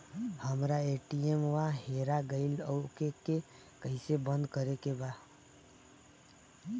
हमरा ए.टी.एम वा हेरा गइल ओ के के कैसे बंद करे के बा?